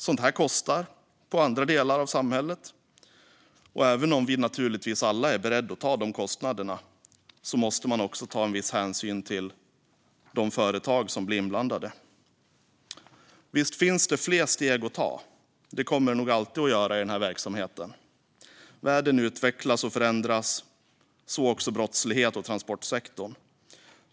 Sådant här kostar för andra delar av samhället, och även om vi alla naturligtvis är beredda att ta de kostnaderna måste man också ta viss hänsyn till de företag som blir inblandade. Visst finns det fler steg att ta - det kommer det nog alltid att göra i den här verksamheten. Världen utvecklas och förändras, så också brottsligheten och transportsektorn.